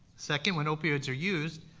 second, when opioids are used,